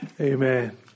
Amen